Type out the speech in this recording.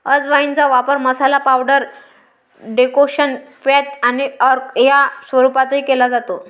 अजवाइनचा वापर masala, powder, decoction, क्वाथ आणि अर्क या स्वरूपातही केला जातो